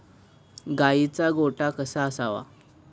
गाईचा गोठा कसा असावा?